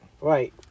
Right